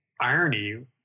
irony